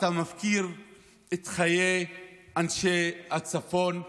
אתה מפקיר את חיי אנשי הצפון,